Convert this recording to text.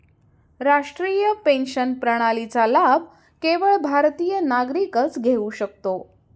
राष्ट्रीय पेन्शन प्रणालीचा लाभ केवळ भारतीय नागरिकच घेऊ शकतो